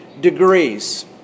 degrees